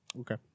Okay